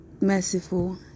merciful